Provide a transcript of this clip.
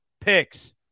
Picks